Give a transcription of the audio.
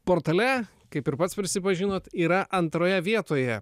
portale kaip ir pats prisipažinot yra antroje vietoje